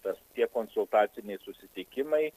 bet tie konsultaciniai susitikimai